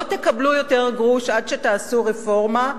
לא תקבלו יותר גרוש עד שתעשו רפורמה.